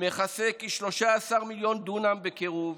מכסה כ-13 מיליון דונם בקירוב,